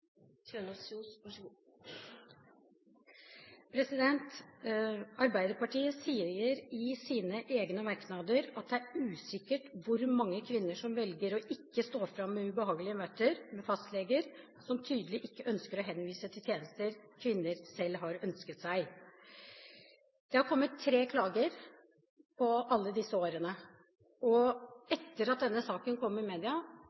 usikkert hvor mange kvinner som velger å ikke stå frem med ubehagelige møter med fastleger som tydelig ikke har ønsket å henvise til tjenester kvinnen selv har ønsket.» Det har kommet tre klager på alle disse årene, og etter at denne saken kom i media,